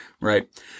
Right